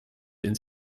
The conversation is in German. ins